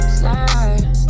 slide